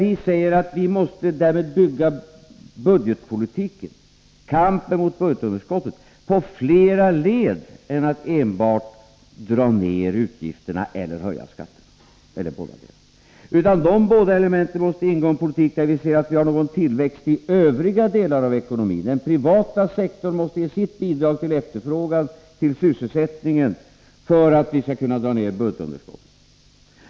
Vi säger att vi måste bygga budgetpolitiken och kampen mot budgetunderskottet på flera led, inte bara på en neddragning av utgifterna eller skattehöjningar — eller bådadera. De båda elementen måste ingå i en politik där vi ser att vi har någon tillväxt i de övriga delarna av ekonomin. Den privata sektorn måste ge sitt bidrag till efterfrågan och till sysselsättningen för att vi skall kunna minska budgetunderskottet.